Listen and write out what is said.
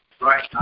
right